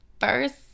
first